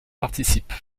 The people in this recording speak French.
participent